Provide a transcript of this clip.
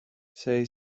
say